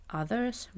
others